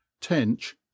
tench